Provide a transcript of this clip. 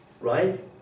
right